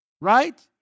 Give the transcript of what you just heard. right